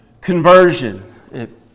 Conversion